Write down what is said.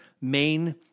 main